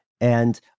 And-